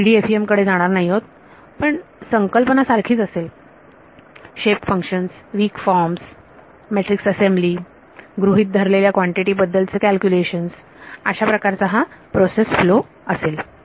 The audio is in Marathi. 3D FEM कडे जाणार नाही परंतु संकल्पना सारखीच असेल shape functions weak form matrix assembly गृहीत धरलेल्या कॉन्टिटी बद्दल चे कॅल्क्युलेशन हा प्रोसेस फ्लो असेल